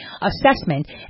assessment